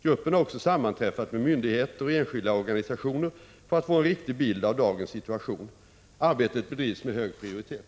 Gruppen har också sammanträffat med myndigheter och enskilda organisationer för att få en riktig bild av dagens situation. Arbetet bedrivs med hög prioritet.